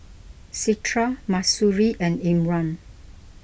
Citra Mahsuri and Imran